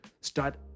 start